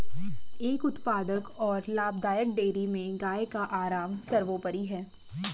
एक उत्पादक और लाभदायक डेयरी में गाय का आराम सर्वोपरि है